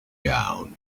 gown